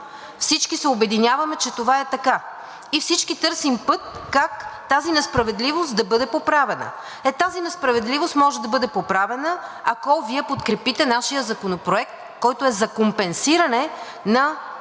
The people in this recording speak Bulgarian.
Всички се обединяваме, че това е така и всички търсим път как тази несправедливост да бъде поправена. Тази несправедливост може да бъде поправена, ако Вие подкрепите нашия законопроект, който е за компенсиране на българските